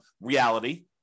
reality